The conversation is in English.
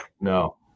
no